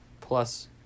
plus